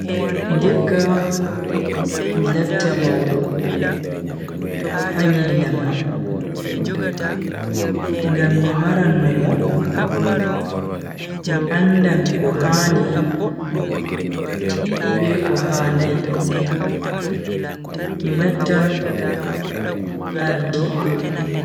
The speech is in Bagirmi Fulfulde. Ndikka mi latta maubo ha ngedam am ngam mi maran numo mi andan ko handi be ko handai, mi lattan ardido.